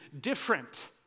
different